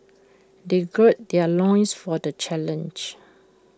they gird their loins for the challenge